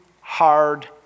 hard